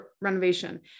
renovation